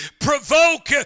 provoke